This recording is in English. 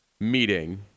meeting